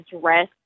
dress